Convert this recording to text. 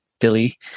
Billy